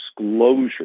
disclosure